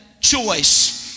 choice